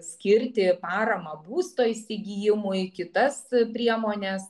skirti paramą būsto įsigijimui kitas priemones